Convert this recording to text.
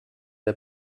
der